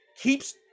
keeps –